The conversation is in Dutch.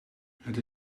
het